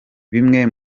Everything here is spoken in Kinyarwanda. bimwe